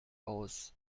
aus